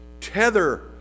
tether